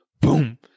boom